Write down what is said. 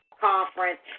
conference